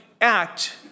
act